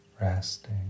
resting